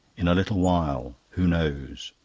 in a little while, who knows?